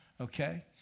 okay